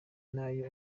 nayo